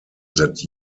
that